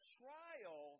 trial